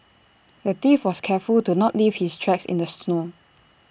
the thief was careful to not leave his tracks in the snow